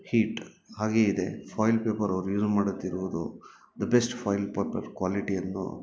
heat ಹಾಗೆ ಇದೆ foil paper ಅವ್ರು ಯೂಸ್ ಮಾಡುತ್ತಿರುವುದು ದಿ ಬೆಸ್ಟ್ ಫಾಯಿಲ್ ಪೇಪರ್ ಕ್ವಾಲಿಟಿಯನ್ನು